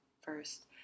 first